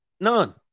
None